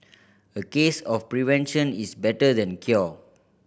a case of prevention is better than cure